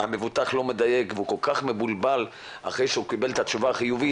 המבוטח לא מדייק והוא כל כך מבולבל אחרי שהוא קיבל את התשובה החיובית,